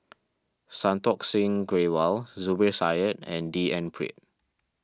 Santokh Singh Grewal Zubir Said and D N Pritt